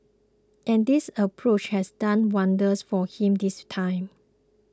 and this approach has done wonders for him this time